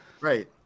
right